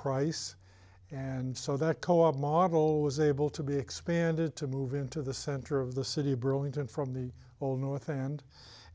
price and so that co op model was able to be expanded to move into the center of the city burlington from the old north and